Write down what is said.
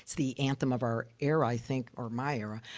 the anthem of our era, i think or my era.